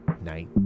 night